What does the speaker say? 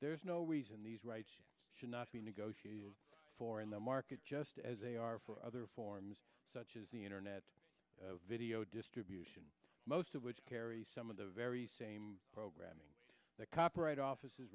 there is no reason these rights should not be negotiated for in the market just as a are for other forms such as the internet video distribution most of which carry some of the very same programming the copyright office